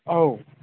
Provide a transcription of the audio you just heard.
औ